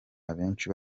abenshi